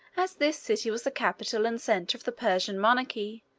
as this city was the capital and center of the persian monarchy,